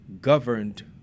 governed